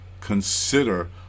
Consider